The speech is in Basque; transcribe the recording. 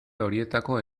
horietako